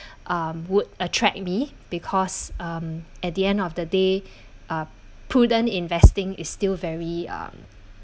um would attract me because um at the end of the day uh prudent investing is still very um